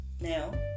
Now